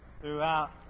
throughout